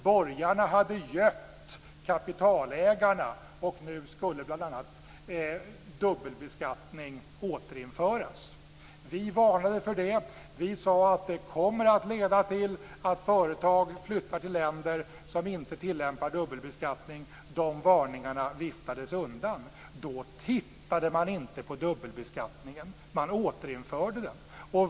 Borgarna hade gött kapitalägarna och nu skulle bl.a. dubbelbeskattning återinföras. Vi varnade för det. Vi sade att det kommer att leda till att företag flyttar till länder som inte tillämpar dubbelbeskattning. De varningarna viftades undan. Då tittade man inte på dubbelbeskattningen. Man återinförde den.